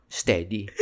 steady